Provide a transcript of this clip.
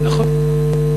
נכון.